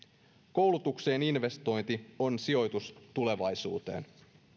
koulutukseen investointi on sijoitus tulevaisuuteen